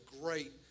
great